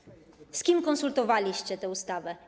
Z kim konsultowaliście tę ustawę?